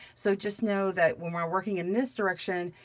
so just know that when we're working in this direction,